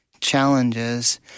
challenges